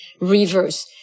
reverse